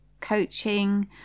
coaching